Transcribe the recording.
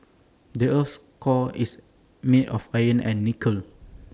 the Earth's core is made of iron and nickel